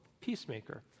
Peacemaker